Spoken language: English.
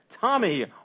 Tommy